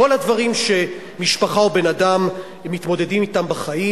כל הדברים שמשפחה או בן-אדם מתמודדים אתם בחיים,